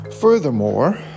Furthermore